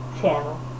channel